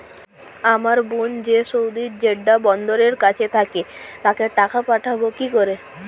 আমার বোন যে সৌদির জেড্ডা বন্দরের কাছে থাকে তাকে টাকা পাঠাবো কি করে?